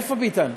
איפה ביטן?